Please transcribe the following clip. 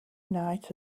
night